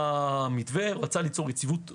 המתווה רצה ליצור יציבות רגולטורית,